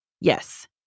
Yes